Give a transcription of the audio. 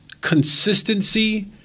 consistency